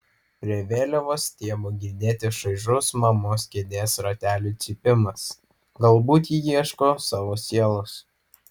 prie vėliavos stiebo girdėti šaižus mamos kėdės ratelių cypimas galbūt ji ieško savo sielos